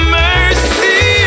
mercy